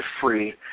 free